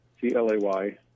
C-L-A-Y